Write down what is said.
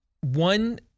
one